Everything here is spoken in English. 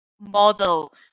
model